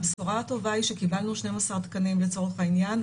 הבשורה הטובה היא שקיבלנו 12 תקנים לצורך העניין.